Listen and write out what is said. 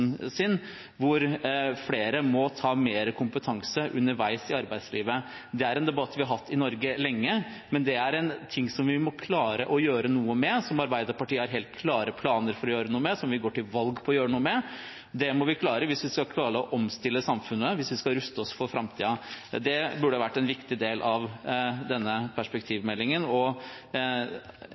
sin, hvor flere må tilegne seg mer kompetanse underveis i arbeidslivet. Det er en debatt vi har hatt i Norge lenge, men det er noe som vi må klare å gjøre noe med, som Arbeiderpartiet har helt klare planer for å gjøre noe med, og som vi går til valg på å gjøre noe med. Det må vi klare hvis vi skal klare å omstille samfunnet, hvis vi skal ruste oss for framtiden. Det burde vært en viktig del av denne perspektivmeldingen, og